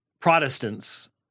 Protestants